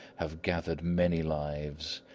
have gathered many lives,